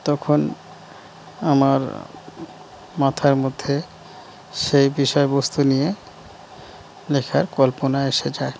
তখন আমার মাথার মধ্যে সেই বিষয়বস্তু নিয়ে লেখার কল্পনা এসে যায়